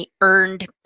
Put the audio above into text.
earned